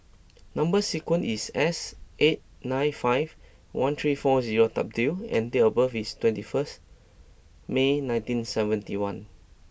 number sequence is S eight nine five one three four zero W and date of birth is twenty first May nineteen seventy one